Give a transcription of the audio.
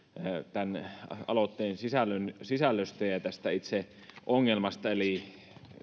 aloitteen sisällöstä ja ja tästä itse ongelmasta eli